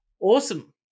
awesome